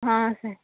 ஆ சரி